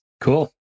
cool